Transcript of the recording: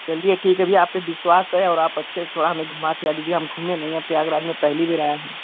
चलिए ठीक हे भैया आप पर विश्वास है और आप अच्छे से थोड़ा हमे घूम फिरा दीजिए हम घूमे नही हें प्रयागराज में पहली बार आए हें